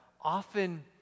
often